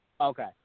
Okay